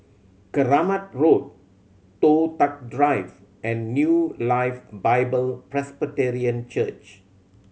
Keramat Road Toh Tuck Drive and New Life Bible Presbyterian Church